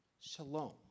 Shalom